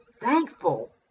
thankful